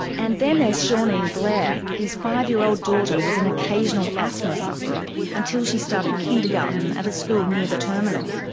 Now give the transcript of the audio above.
and then there's seaneen blair whose five-year-old daughter was an occasional asthma sufferer until she started kindergarten at a school near the terminal.